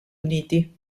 uniti